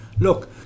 look